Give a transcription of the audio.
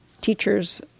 teachers